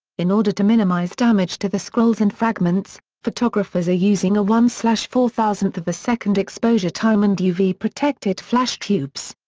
in order to minimize damage to the scrolls and fragments, photographers are using a one four thousandth of a second exposure time and uv-protected flash tubes.